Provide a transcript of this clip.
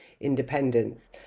independence